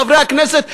חברי הכנסת,